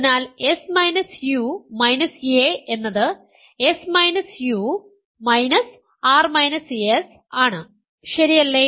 അതിനാൽ a എന്നത് ആണ് ശരിയല്ലേ